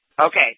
Okay